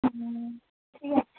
হুম ঠিক আছে